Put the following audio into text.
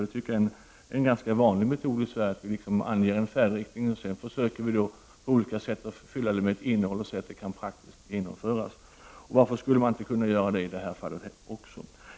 Det är ju en vanlig metod i Sverige att man anger en färdriktning och sedan på olika sätt försöker fylla förslaget med ett innehåll så att det sedan praktiskt kan genomföras. Varför skulle man inte kunna göra det i detta fall också?